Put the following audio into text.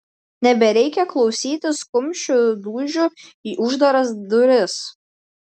nebereikia klausytis kumščių dūžių į uždaras duris